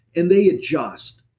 and they adjust.